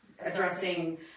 addressing